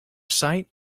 sight